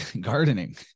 gardening